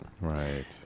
right